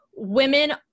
women